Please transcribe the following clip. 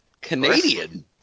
Canadian